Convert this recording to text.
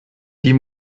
die